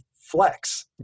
flex